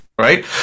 right